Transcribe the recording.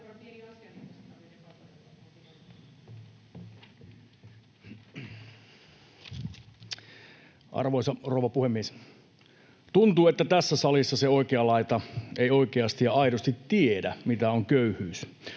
Arvoisa rouva puhemies! Tuntuu, että tässä salissa se oikea laita ei oikeasti ja aidosti tiedä, mitä on köyhyys.